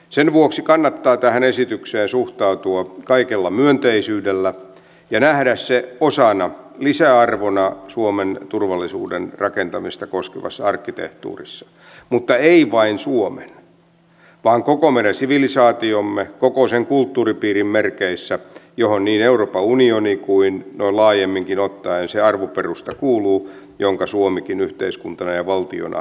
sen vuoksi kannattaa tähän esitykseen suhtautua kaikella myönteisyydellä ja nähdä se osana lisäarvona suomen turvallisuuden rakentamista koskevassa arkkitehtuurissa mutta ei vain suomen vaan koko meidän sivilisaatiomme koko sen kulttuuripiirin merkeissä johon niin euroopan unioni kuin laajemminkin ottaen se arvoperusta kuuluu jonka suomikin yhteiskuntana ja valtiona jakaa